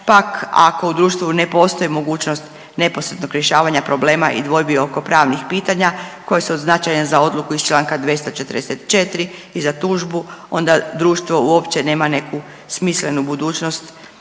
pak ako u društvu ne postoji mogućnost neposrednog rješavanja problema i dvojbi oko pravnih pitanja koje su od značaja za odluku iz članka 244. i za tužbu, onda društvo uopće nema neku smislenu budućnost